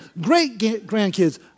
great-grandkids